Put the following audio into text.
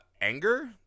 anger